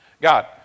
God